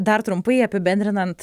dar trumpai apibendrinant